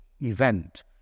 event